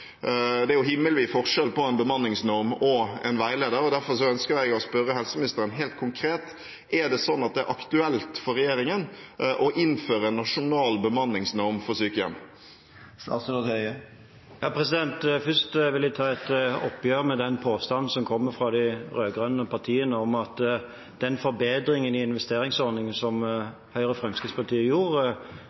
Derfor ønsker jeg å spørre helseministeren helt konkret: Er det sånn at det er aktuelt for regjeringen å innføre en nasjonal bemanningsnorm for sykehjem? Først vil jeg ta et oppgjør med den påstanden som kommer fra de rød-grønne partiene om at den forbedringen i investeringsordningen som Høyre og Fremskrittspartiet gjorde,